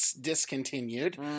discontinued